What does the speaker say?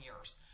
years